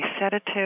sedative